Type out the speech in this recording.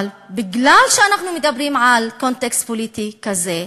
אבל מכיוון שאנחנו מדברים על קונטקסט פוליטי כזה,